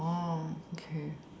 oh okay